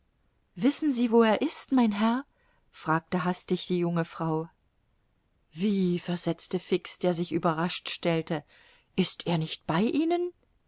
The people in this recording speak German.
wissen sie wo er ist mein herr fragte hastig die junge frau wie versetzte fix der sich überrascht stellte ist er nicht bei ihnen